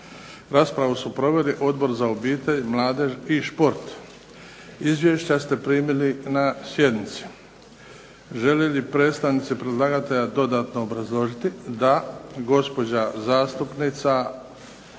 Raspravu su proveli Odbor za obitelj, mladež i šport. Izvješća ste primili na sjednici. Žele li predstavnici predlagatelja dodatno obrazložiti? Da. Gospođa zastupnica